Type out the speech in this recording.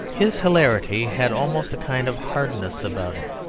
his hilarity had almost a kind of hardness about it